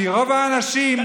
כי רוב האנשים,